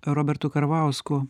robertu karvausku